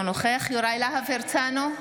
נוכח יוראי להב הרצנו,